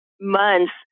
months